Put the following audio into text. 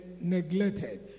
neglected